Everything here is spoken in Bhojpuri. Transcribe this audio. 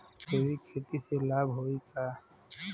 जैविक खेती से लाभ होई का?